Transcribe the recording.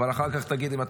הינה